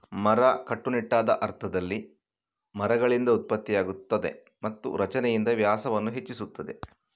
ಮರ, ಕಟ್ಟುನಿಟ್ಟಾದ ಅರ್ಥದಲ್ಲಿ, ಮರಗಳಿಂದ ಉತ್ಪತ್ತಿಯಾಗುತ್ತದೆ ಮತ್ತು ರಚನೆಯಿಂದ ವ್ಯಾಸವನ್ನು ಹೆಚ್ಚಿಸುತ್ತದೆ